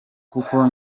kuko